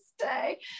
stay